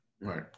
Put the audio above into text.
Right